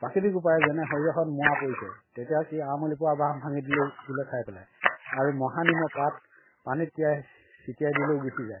প্ৰাকৃতিক উপায় যেনে সৰিয়হত মোৱা পৰিছে তেতিয়া কি আমৰলি পৰুৱা বাহ ভাঙি দিলেও বোলে খাই পেলায় আৰু মহানিমৰ পাত পানীত তিঁয়াই ছটিয়াই দিলেও গুচি যায়